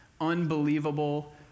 unbelievable